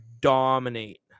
dominate